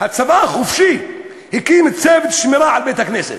הצבא החופשי הקים צוות שמירה על בית-הכנסת.